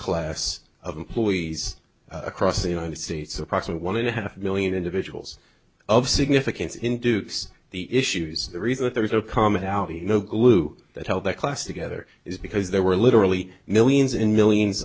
class of employees across the united states approx one and a half million individuals of significance induced the issues the reason there is no commonality no glue that held the class together is because there were literally millions in millions